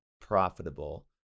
profitable